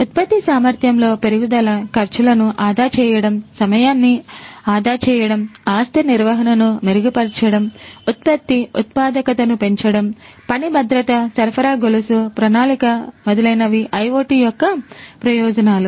ఉత్పత్తి సామర్థ్యంలో పెరుగుదల ఖర్చులను ఆదా చేయడం సమయాన్ని ఆదా చేయడం ఆస్తి నిర్వహణను మెరుగుపరచడం ఉత్పత్తి ఉత్పాదకతను పెంచడం పని భద్రత సరఫరా గొలుసు ప్రణాళిక మొదలైనవి IoT యొక్కప్రయోజనాలు